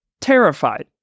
Terrified